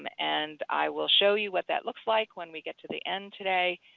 um and i will show you what that looks like when we get to the end today.